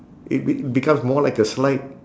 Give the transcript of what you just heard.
it be~ becomes more like a slide